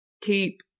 keep